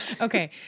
Okay